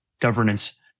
governance